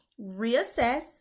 reassess